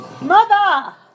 Mother